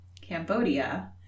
Cambodia